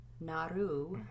Naru